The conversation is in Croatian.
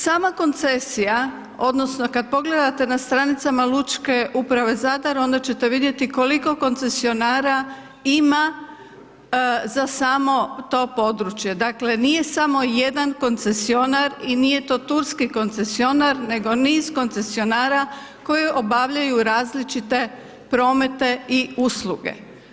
Sama koncesija odnosno kad pogledate na stranicama lučke uprave Zadar, onda ćete vidjeti koliko koncesionara ima za samo to područje, dakle, nije samo jedan koncesionar i nije to turski koncesionar, nego niz koncesionara koji obavljaju različite promete i usluge.